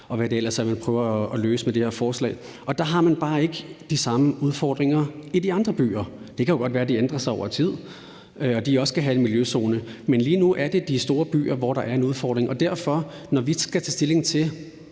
og hvad det ellers er, vi prøver at løse med det her forslag. Og der har man bare ikke de samme udfordringer i de andre byer. Det kan jo godt være, de ændrer sig over tid, og de også skal have en miljøzone. Men lige nu er det de store byer, hvor der er en udfordring. Når vi derfor her fra Folketinget